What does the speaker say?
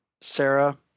Sarah